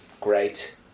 great